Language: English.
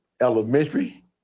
elementary